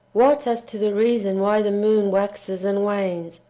what as to the reason why the moon waxes and wanes,